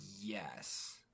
yes